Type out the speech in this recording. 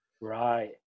Right